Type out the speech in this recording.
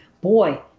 boy